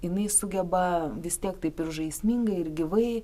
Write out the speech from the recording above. jinai sugeba vis tiek taip ir žaismingai ir gyvai